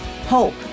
hope